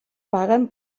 paguen